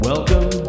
Welcome